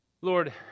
Lord